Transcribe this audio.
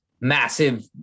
massive